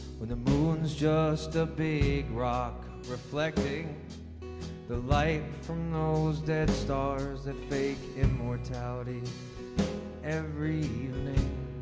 when the moon's just a big rock reflecting the light from those dead stars that fake immortality every